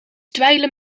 dweilen